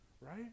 Right